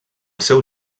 seu